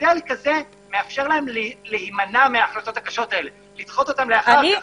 מודל כזה מאפשר להם להימנע מההחלטות הקשות האלה לדחות אותן לאחר כך,